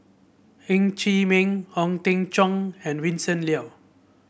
Ng Chee Meng Ong Teng Cheong and Vincent Leow